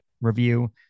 review